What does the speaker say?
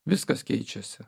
viskas keičiasi